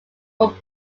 from